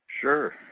Sure